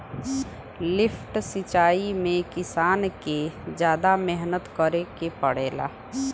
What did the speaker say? lift सिचाई में किसान के जादा मेहनत करे के पड़ेला